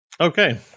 Okay